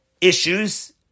issues